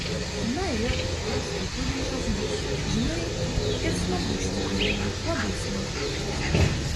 na ir jos kaip budinčios bus žinai ir smagu iš tikrųjų labai smagu